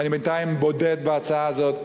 אני בינתיים בודד בהצעה הזאת,